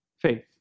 Faith